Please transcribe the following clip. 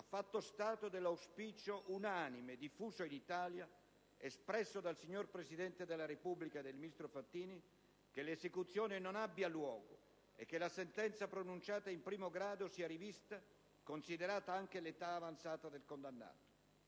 ha fatto stato dell'auspicio unanimemente diffuso in Italia, espresso dal Presidente della Repubblica e dal ministro Frattini, che l'esecuzione non abbia luogo e che la sentenza pronunciata in primo grado sia rivista, considerata anche l'età avanzata del condannato.